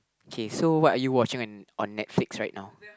K so what are you watching on on Netflix right now